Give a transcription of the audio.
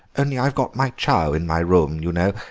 only i've got my chow in my room, you know,